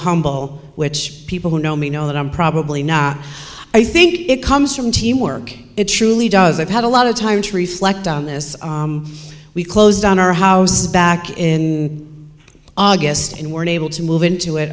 humble which people who know me know that i'm probably not i think it comes from teamwork it truly does i've had a lot of time to reflect on this we closed on our house back in august and were unable to move into it